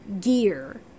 gear